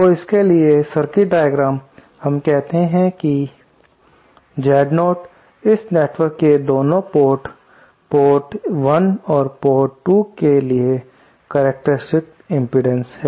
तो इसके लिए सर्किट डायग्राम हम कहते हैं कि Z0 इस नेटवर्क के दोनों पोर्ट पोर्ट 1 और पोर्ट 2 के लिए करक्टेरिस्टिक्स इम्पीडेन्स है